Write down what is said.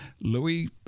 Louis